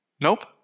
Nope